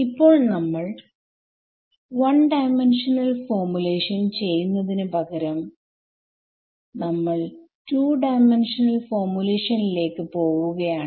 ഇപ്പോൾ നമ്മൾ 1D formulation ചെയ്യുന്നതിന് പകരം നമ്മൾ 2D ഫോർമുലേഷനിലേക്ക് പോവുകയാണ്